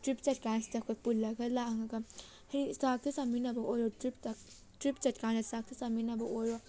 trip ꯆꯠꯀꯥꯟꯁꯤꯗ ꯑꯩꯈꯣꯏ ꯄꯨꯜꯂꯒ ꯂꯥꯡꯉꯒ ꯍꯥꯏꯕꯗꯤ ꯆꯥꯛꯇ ꯆꯥꯃꯤꯟꯅꯕ ꯑꯣꯏꯔꯣ ꯇꯔꯤꯞꯇ ꯇꯔꯤꯞ ꯆꯠꯀꯥꯟꯗ ꯆꯥꯛꯇ ꯆꯥꯃꯤꯟꯅꯕ ꯑꯣꯏꯔꯣ